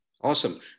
Awesome